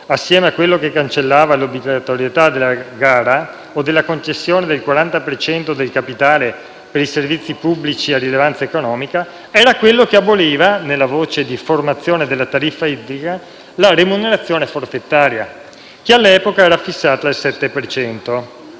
assieme a quello che cancellava l'obbligatorietà della gara o della concessione del 40 per cento del capitale per i servizi pubblici a rilevanza economica, era quello che aboliva, nella voce di formazione della tariffa idrica, la remunerazione forfettaria, che all'epoca era fissata al 7